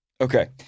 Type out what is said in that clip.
Okay